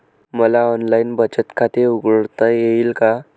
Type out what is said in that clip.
मला ऑनलाइन बचत खाते उघडता येईल का?